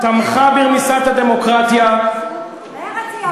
תמכה ברמיסת הדמוקרטיה, מרצ היא הבעיה.